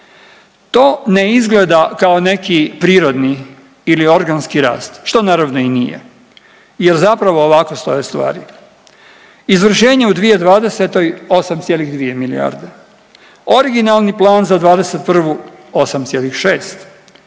To ne izgleda kao neki prirodni ili organski rast, što naravno i nije jer zapravo ovako stoje stvari. Izvršenje u 2020. 8,2 milijarde, originalni plan za '21. 8,6, rebalans